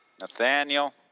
Nathaniel